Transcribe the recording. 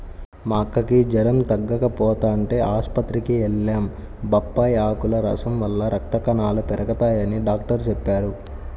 మా అక్కకి జెరం తగ్గకపోతంటే ఆస్పత్రికి వెళ్లాం, బొప్పాయ్ ఆకుల రసం వల్ల రక్త కణాలు పెరగతయ్యని డాక్టరు చెప్పారు